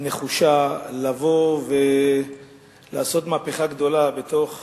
הנחושה לבוא ולעשות מהפכה גדולה בתוך